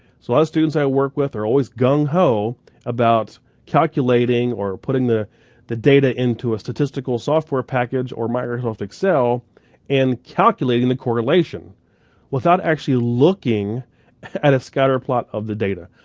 so a lot of students i work with are always gung-ho about calculating or putting the the data into a statistical software package or microsoft excel and calculating the correlation without actually looking at a scatterplot of the data.